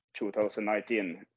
2019